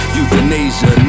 Euthanasia